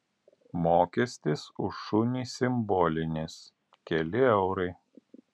mokestis už šunį simbolinis keli eurai